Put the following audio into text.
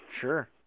Sure